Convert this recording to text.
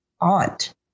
aunt